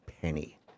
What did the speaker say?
penny